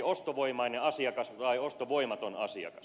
ostovoimainen asiakas vai ostovoimaton asiakas